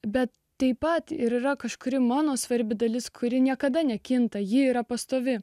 bet taip pat ir yra kažkuri mano svarbi dalis kuri niekada nekinta ji yra pastovi